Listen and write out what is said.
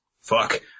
Fuck